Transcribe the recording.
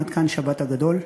עד כאן שבת הגדול.